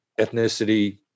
ethnicity